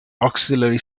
auxiliary